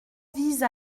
vise